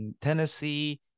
Tennessee